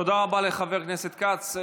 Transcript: תודה רבה לחבר הכנסת כץ.